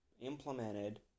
implemented